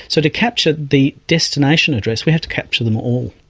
so to capture the destination address we have to capture them all.